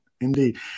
Indeed